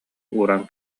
ууран